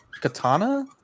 katana